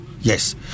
yes